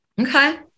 Okay